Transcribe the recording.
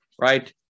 right